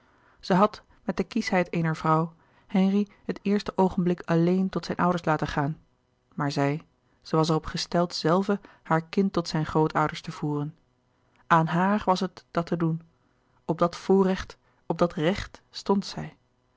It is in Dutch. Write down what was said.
zij had met de kieschheid eener vrouw henri het eerste oogenblik alleen tot zijne ouders laten gaan maar zij ze was er op gesteld zelve haar kind tot zijn grootouders te voeren aan haar was het dat te doen op dat voorrecht op dat recht stond zij